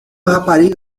rapariga